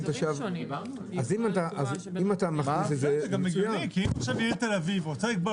זה גם הגיוני כי אם עכשיו העיר תל אביב רוצה לגבות